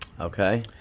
Okay